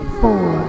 four